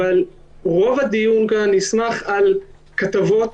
אבל רוב הדיון כאן נסמך על כתבות